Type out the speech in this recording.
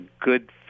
good